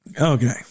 Okay